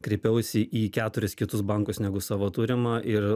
kreipiausi į keturis kitus bankus negu savo turimą ir